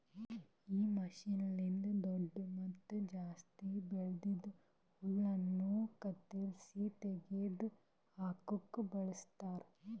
ಈ ಮಷೀನ್ನ್ನಿಂದ್ ದೊಡ್ಡು ಮತ್ತ ಜಾಸ್ತಿ ಬೆಳ್ದಿದ್ ಹುಲ್ಲನ್ನು ಕತ್ತರಿಸಿ ತೆಗೆದ ಹಾಕುಕ್ ಬಳಸ್ತಾರ್